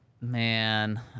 man